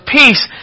peace